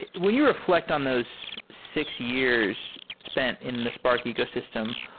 when you reflect on those six years spent in the spark ecosystem,